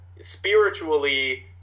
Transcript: spiritually